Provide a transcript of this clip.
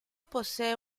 posee